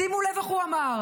שימו לב איך הוא אמר: